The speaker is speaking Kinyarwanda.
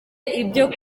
ibyo